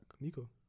Nico